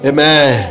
Amen